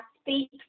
speak